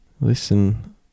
Listen